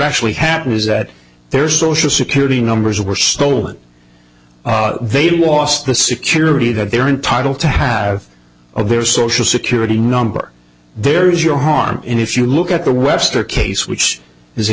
actually happened is that their social security numbers were stolen they lost the security that they were entitled to have of their social security number there is your harm in if you look at the webster case which is a